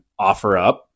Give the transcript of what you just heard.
OfferUp